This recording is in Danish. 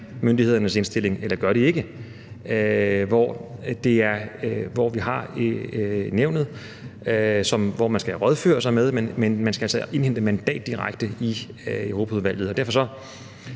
myndighedernes indstilling, eller gør de ikke? Vi har Nævnet, som man skal rådføre sig med, men man skal altså indhente mandat direkte i Europaudvalget, og derfor er